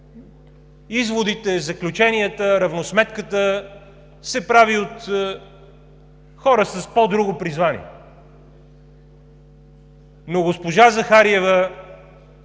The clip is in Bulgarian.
изводите, заключенията, равносметката се прави от хора с по-друго призвание. Но госпожа Захариева,